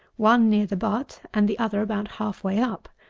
one near the butt, and the other about half-way up.